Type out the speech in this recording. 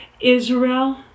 Israel